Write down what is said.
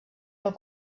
pel